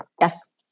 Yes